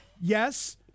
Yes